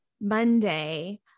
Monday